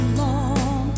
long